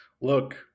Look